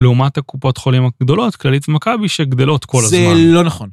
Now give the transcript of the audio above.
לעומת הקופות חולים הגדולות, כללית ומכבי שגדלות כל הזמן. זה לא נכון.